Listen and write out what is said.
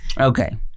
Okay